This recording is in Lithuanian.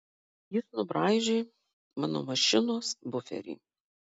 jis nubraižė mano mašinos buferį